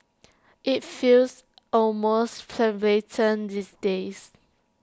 IT feels almost these days